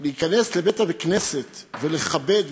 להיכנס לבית-הכנסת ולכבד,